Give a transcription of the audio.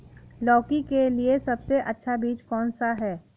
लौकी के लिए सबसे अच्छा बीज कौन सा है?